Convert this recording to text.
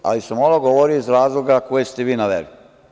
Ali, sam ovo govorio iz razloga koje ste vi naveli.